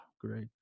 great